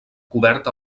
coberta